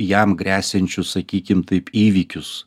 jam gresiančius sakykim taip įvykius